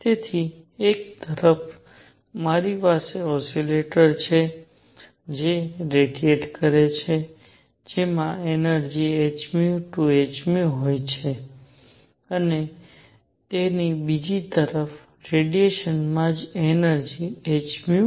તેથી એક તરફ મારી પાસે ઓસિલેટર્સ છે જે રેડિયેટ કરે છે જેમાં એનર્જિ h 2 h હોય છે અને તેથી બીજી તરફ રેડિયેશન માં જ એનર્જિ h હોય છે